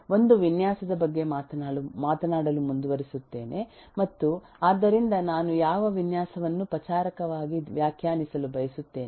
ಒಂದು ವಿನ್ಯಾಸದ ಬಗ್ಗೆ ಮಾತನಾಡಲು ಮುಂದುವರಿಸುತ್ತೇನೆ ಮತ್ತು ಆದ್ದರಿಂದ ನಾನು ಯಾವ ವಿನ್ಯಾಸವನ್ನು ಪಚಾರಿಕವಾಗಿ ವ್ಯಾಖ್ಯಾನಿಸಲು ಬಯಸುತ್ತೇನೆ